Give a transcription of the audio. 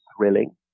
thrilling